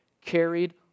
carried